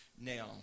Now